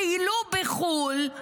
טיילו בחו"ל,